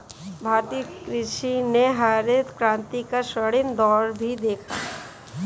भारतीय कृषि ने हरित क्रांति का स्वर्णिम दौर भी देखा